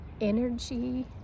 energy